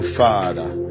father